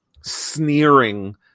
sneering